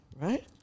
right